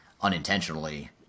unintentionally